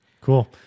cool